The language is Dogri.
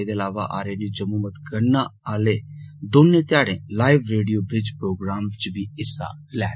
एह्दे इलावा आरएनयू जम्मू मतगणना आले दौनें ध्याड़ें लाईव रेडियो ब्रिज प्रोग्राम च बी हिस्सा लैग